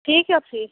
ଠିକ୍ ଅଛି